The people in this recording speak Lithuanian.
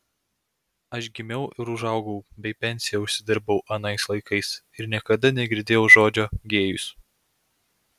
aš gimiau ir užaugau bei pensiją užsidirbau anais laikais ir niekada negirdėjau žodžio gėjus